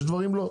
יש דברים שלא.